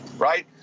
right